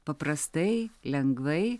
paprastai lengvai